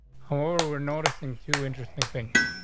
horror. we're noticing two interesting things.